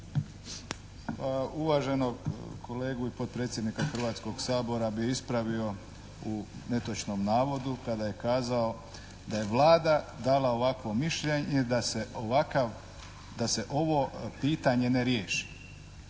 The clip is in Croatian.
Uvaženog kolegu i potpredsjednika Hrvatskog sabora bi ispravio u netočnom navodu kada je kazao da je Vlada dala ovakvo mišljenje da se ovakav, da se ovo pitanje ne riješi.